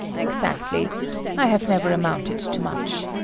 exactly i have never amounted to much.